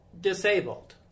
disabled